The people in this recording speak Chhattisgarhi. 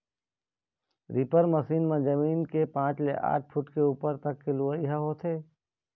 रीपर मसीन म जमीन ले पाँच ले आठ फूट के उप्पर तक के लुवई ह होथे